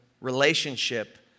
relationship